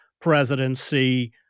presidency